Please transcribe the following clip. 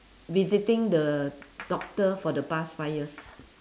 visiting the doctor for the past five years